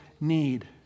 need